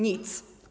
Nic.